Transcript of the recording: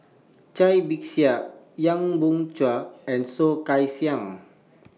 Cai Bixia Young Boon Chuan and Soh Kay Siang